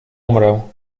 umrę